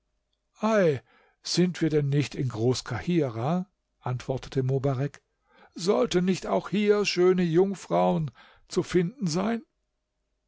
ei sind wir denn nicht in groß kahirah antwortete mobarek sollten nicht auch hier schöne jungfrauen zu finden sein